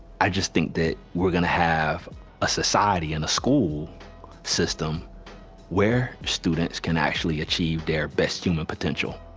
i just think that we're gonna have a society and a school system where students can actually achieve their best human potential.